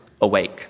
awake